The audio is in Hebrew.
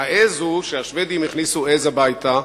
השבדים הכניסו עז הביתה,